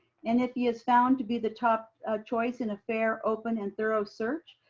and if he is found to be the top choice in a fair, open, and thorough search,